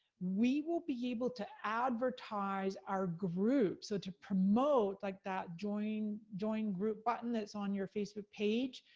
we will be able to advertise our group, so to promote, like that join join group button, that's on your facebook page.